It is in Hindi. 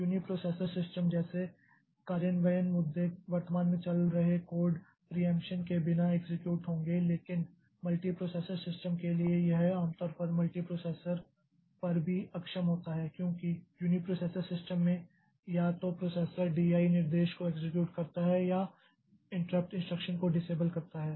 यूनीप्रोसेसर सिस्टम जैसे कार्यान्वयन मुद्दे वर्तमान में चल रहे कोड प्रियेंप्षन के बिना एक्सेक्यूट होंगे लेकिन मल्टीप्रोसेसर सिस्टम के लिए यह आमतौर पर मल्टीप्रोसेसर पर भी अक्षम होता है क्योंकि यूनिप्रोसेसर सिस्टम में या तो प्रोसेसर DI निर्देश को एक्सेक्यूट करता है या इंट्रप्ट इन्स्ट्रक्षन को डिसेबल करता है